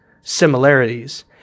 similarities